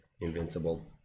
invincible